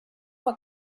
what